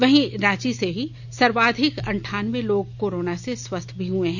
वहीं रांची से ही सर्वोधिक अंठानबे लोग कोरोना से स्वस्थ हुए हैं